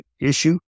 issue